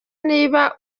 niba